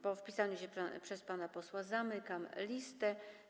Po wpisaniu się przez pana posła zamykam listę.